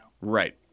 right